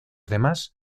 demás